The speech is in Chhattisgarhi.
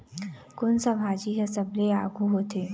कोन सा भाजी हा सबले आघु होथे?